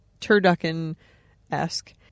turducken-esque